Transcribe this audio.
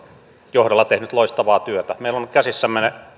johdolla tehnyt loistavaa työtä meillä on nyt käsissämme